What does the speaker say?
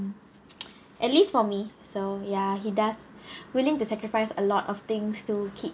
at least for me so ya he does willing to sacrifice a lot of things to keep